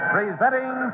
Presenting